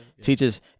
teachers